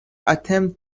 attempted